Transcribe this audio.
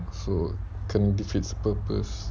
so can defeats the purpose